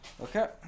Okay